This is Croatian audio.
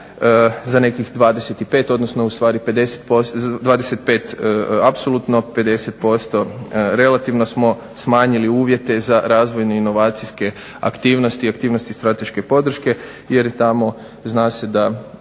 za nekih 25 odnosno 50, 25 apsolutno 50% relativno smo smanjili uvjete za razvojne inovacijske aktivnosti i aktivnosti strateške podrške jer tamo zna se da